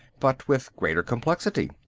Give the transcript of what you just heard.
but with greater complexity.